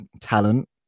talent